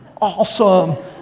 awesome